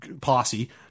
posse